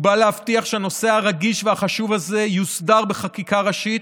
הוא בא להבטיח שהנושא הרגיש והחשוב הזה יוסדר בחקיקה ראשית,